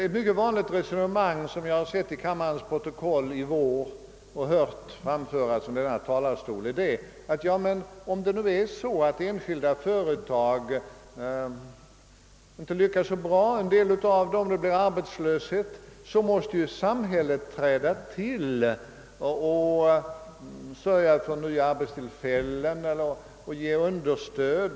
Ett mycket vanligt resonemang som jag i vår sett i kammarens protokoll och hört framföras från denna talarstol är följande. Om en del enskilda företag inte lyckas så bra och det uppstår arbetslöshet, måste samhället träda till, sörja för nya arbetstillfällen och ge understöd.